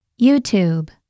YouTube